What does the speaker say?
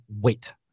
wait